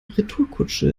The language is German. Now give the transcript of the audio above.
retourkutsche